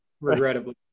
regrettably